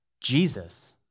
Jesus